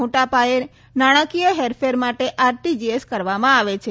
મોટા પાયે નાણાંકીય હેરફેર માટે આરટીજીએસ કરવામાં આવે છે